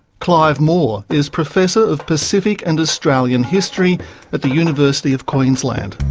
clive moore is professor of pacific and australian history at the university of queensland.